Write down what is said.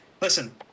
Listen